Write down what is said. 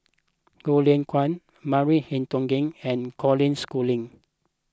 Goh Lay Kuan Maria Hertogh and Colin Schooling